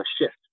shift